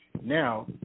Now